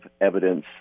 evidence